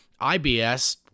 IBS